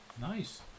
nice